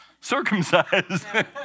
circumcised